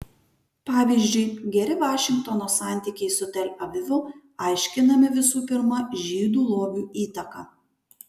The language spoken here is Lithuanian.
pavyzdžiui geri vašingtono santykiai su tel avivu aiškinami visų pirma žydų lobių įtaka